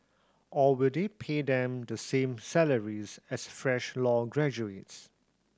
or will they pay them the same salaries as fresh law graduates